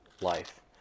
life